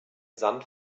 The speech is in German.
sand